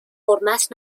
حرمت